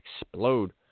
explode